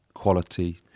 quality